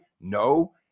No